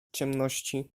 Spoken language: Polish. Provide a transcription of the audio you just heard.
ciemności